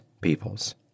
peoples